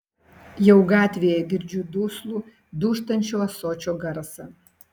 jau gatvėje girdžiu duslų dūžtančio ąsočio garsą